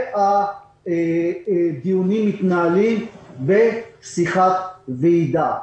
והדיונים מתנהלים בשיחת ועידה.